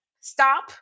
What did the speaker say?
Stop